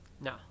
No